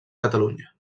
catalunya